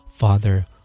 Father